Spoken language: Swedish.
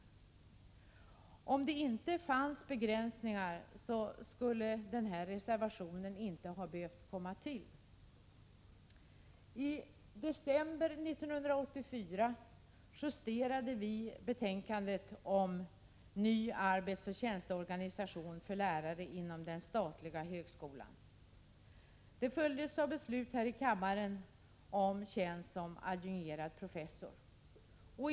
Om det inte fanns begränsningar skulle denna reservation aldrig ha behövt komma till. I december 1984 justerade vi betänkandet om Ny arbetsoch tjänsteorganisation för lärare inom den statliga högskolan. Det följdes av beslut här i kammaren om tjänst som adjungerad professor.